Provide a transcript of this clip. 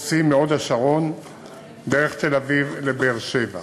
בשעות שיא, מהוד-השרון דרך תל-אביב לבאר-שבע.